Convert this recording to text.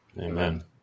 Amen